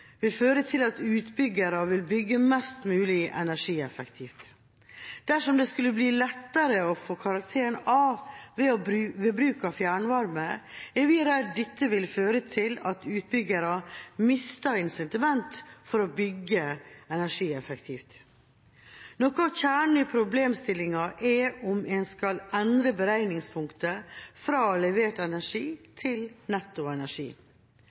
vil føre til at utbyggere vil bygge mest mulig energieffektivt. Dersom det skulle bli lettere å få karakteren A ved bruk av fjernvarme, er vi redd dette vil føre til at utbyggere mister incitamentet for å bygge energieffektivt. Noe av kjernen i problemstillinga er om en skal endre beregningspunkt fra levert energi til netto energi.